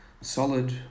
Solid